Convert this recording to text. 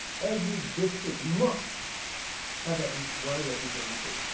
every district must have at least one representative?